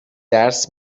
درس